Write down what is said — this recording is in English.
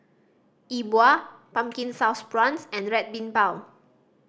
E Bua Pumpkin Sauce Prawns and Red Bean Bao